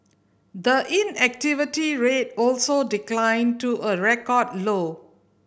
the inactivity rate also declined to a record low